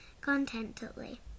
contentedly